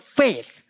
faith